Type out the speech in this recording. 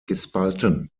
gespalten